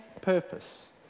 purpose